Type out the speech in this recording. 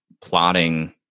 plotting